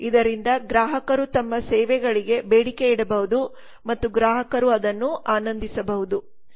ಇದರಿಂದ ಗ್ರಾಹಕರು ತಮ್ಮ ಸೇವೆಗಳಿಗೆ ಬೇಡಿಕೆಯಿಡಬಹುದು ಮತ್ತು ಗ್ರಾಹಕರು ಅದನ್ನು ಆನಂದಿಸಬಹುದು